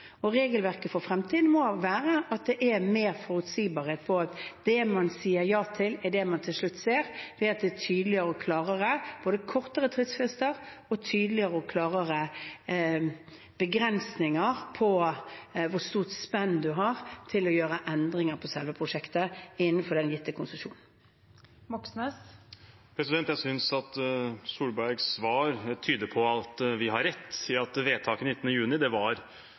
Regelverket for fremtiden må være at det er mer forutsigbarhet for at det man sier ja til, er det man til slutt ser, ved at det er både tydeligere og klarere, og kortere tidsfrister og tydeligere og klarere begrensninger på hvor stort spenn man har til å gjøre endringer på selve prosjektet innenfor den gitte konsesjonen. Jeg synes at Solbergs svar tyder på at vi har rett i at vedtaket den 19. juni var et skuebrød. Det var